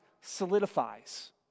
solidifies